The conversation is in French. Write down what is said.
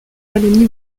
wallonie